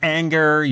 anger